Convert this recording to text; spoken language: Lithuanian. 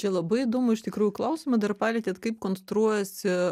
čia labai įdomu iš tikrųjų klausimą dar palietėt kaip konstruojasi